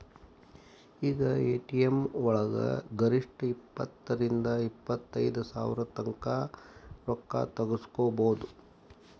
ಈಗ ಎ.ಟಿ.ಎಂ ವಳಗ ಗರಿಷ್ಠ ಇಪ್ಪತ್ತರಿಂದಾ ಇಪ್ಪತೈದ್ ಸಾವ್ರತಂಕಾ ರೊಕ್ಕಾ ತಗ್ಸ್ಕೊಬೊದು